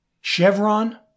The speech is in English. Chevron